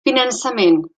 finançament